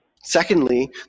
Secondly